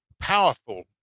powerful